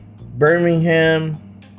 Birmingham